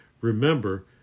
Remember